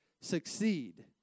succeed